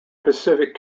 pacific